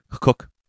Cook